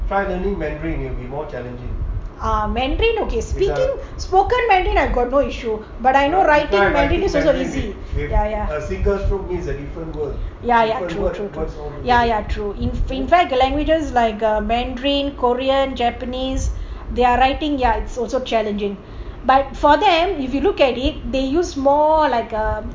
ah mandarin okay speaking spoken mandarin I got no issue but I know writing is not easy ya ya ya ya true true true ya ya true in fact the languages like mandarin korean japanese their writing is also challenging but for them if you look at it they use more like ugh